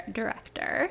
director